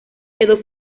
quedó